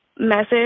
message